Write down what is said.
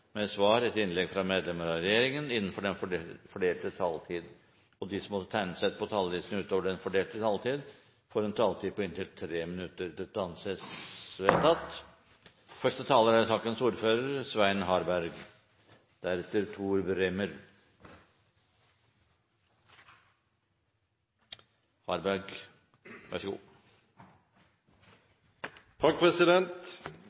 med svar etter innlegg fra medlemmer av regjeringen innenfor den fordelte taletid. Videre vil presidenten foreslå at de som måtte tegne seg på talerlisten utover den fordelte taletid, får en taletid på inntil 3 minutter. – Det anses vedtatt. Første taler er